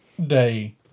Day